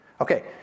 Okay